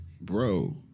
Bro